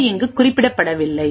அவை இங்கு குறிப்பிடப்படவில்லை